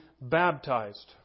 baptized